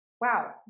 Wow